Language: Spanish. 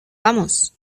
vamos